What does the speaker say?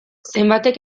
zenbatek